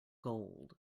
gold